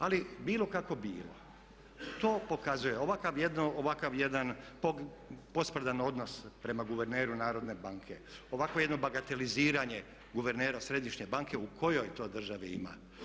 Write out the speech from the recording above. Ali bilo kako bilo to pokazuje, ovakav jedan posprdan odnos prema guverneru Narodne banke, ovakvo jedno bagateliziranje guvernera središnje banke u kojoj to državi ima?